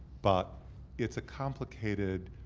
but it's a complicated,